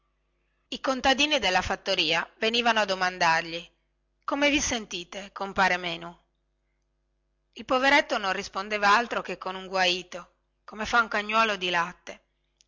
i contadini della fattoria venivano a domandargli come vi sentite compare menu il poveretto non rispondeva altro che con un guaito come fa un cagnuolo di latte